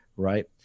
Right